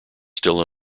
still